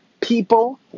people